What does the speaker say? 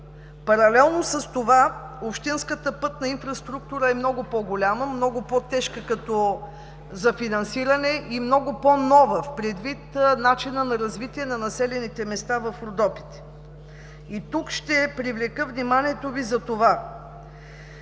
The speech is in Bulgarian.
Паралелно с това общинската пътна инфраструктура е много по-голяма, много по-тежка за финансиране и много по-нова, предвид начина на развитие на населените места в Родопите. Тук ще привлека вниманието Ви за това